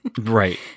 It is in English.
Right